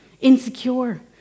Insecure